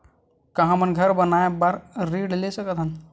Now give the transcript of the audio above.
का हमन घर बनाए बार ऋण ले सकत हन?